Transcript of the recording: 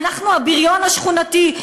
אנחנו הבריון השכונתי,